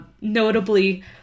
notably